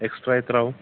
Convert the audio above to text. extra എത്രയാകും